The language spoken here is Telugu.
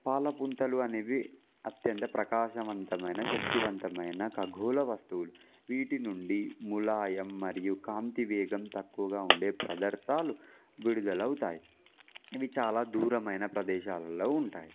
పాల పుంతలు అనేవి అత్యంత ప్రకాశవంతమైన శక్తివంతమైన గోల వస్తువులు వీటి నుండి ములాయం మరియు కాంతి వేగం తక్కువగా ఉండే పదార్థాలు విడుదలవుతాయి ఇవి చాలా దూరమైన ప్రదేశాలలో ఉంటాయి